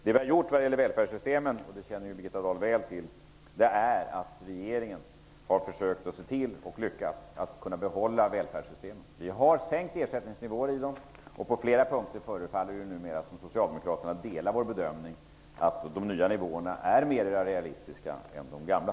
Det vi har genomfört vad gäller välfärdssystemen -- det känner Biritta Dahl väl till -- är att regeringen har försökt att se till att upprätthålla välfärdssystemen och lyckats med det. Vi har sänkt ersättningsnivåerna. På flera punkter förefaller det numera som att Socialdemokraterna delar vår bedömning att de nya nivåerna är mer realistiska än de gamla.